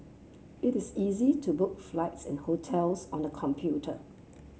it is easy to book flights and hotels on the computer